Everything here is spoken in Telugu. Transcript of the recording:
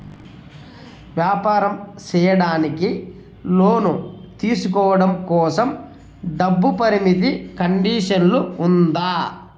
వ్యాపారం సేయడానికి లోను తీసుకోవడం కోసం, డబ్బు పరిమితి కండిషన్లు ఉందా?